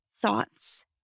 thoughts